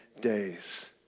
days